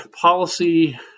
policy